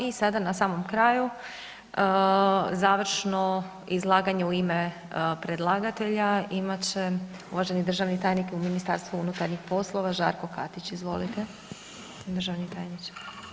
I sada na samom kraju, završno izlaganje u ime predlagatelja imat će uvaženi državni tajnik u Ministarstvu unutarnjih poslova, Žarko Katić, izvolite državni tajniče.